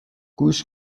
گوش